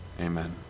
Amen